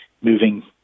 moving